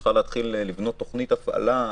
צריכה להתחיל לבנות תוכנית הפעלה?